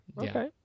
Okay